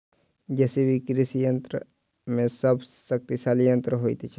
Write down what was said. JCB कृषि यंत्र मे सभ सॅ शक्तिशाली यंत्र होइत छै